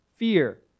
fear